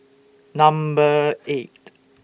Number eight